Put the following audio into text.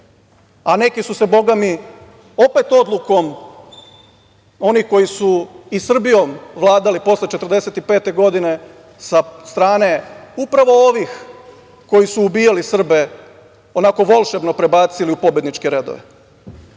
A neki su se, bogami, opet odlukom onih koji su i Srbijom vladali posle 1945. godine sa strane upravo ovih koji su ubijali Srbe, onako volšebno prebacili u pobedničke redove,